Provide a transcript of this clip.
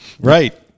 right